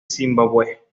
zimbabue